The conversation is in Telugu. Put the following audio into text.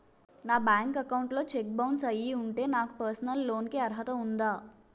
నా బ్యాంక్ అకౌంట్ లో చెక్ బౌన్స్ అయ్యి ఉంటే నాకు పర్సనల్ లోన్ కీ అర్హత ఉందా?